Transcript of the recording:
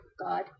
God